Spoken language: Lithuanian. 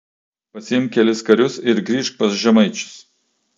pasiimk kelis karius ir grįžk pas žemaičius